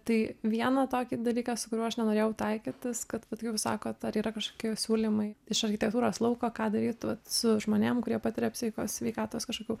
tai vieną tokį dalyką su kuriuo aš nenorėjau taikytis kad vat kaip sakot ar yra kažkokie siūlymai iš architektūros lauko ką daryt vat su žmonėm kurie patiria psichikos sveikatos kažkokių